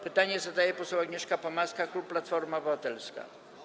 Pytanie zadaje poseł Agnieszka Pomaska, klub Platforma Obywatelska.